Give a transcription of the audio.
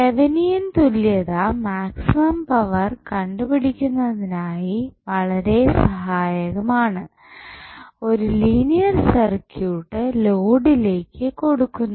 Thevenin തുല്യത maximum power കണ്ടു പിടിക്കുന്നതിനായി വളരെ സഹായകമാണ് ഒരു ലീനിയർ സർക്യൂട്ട് ലോഡിലേക്ക് കൊടുക്കുന്നത്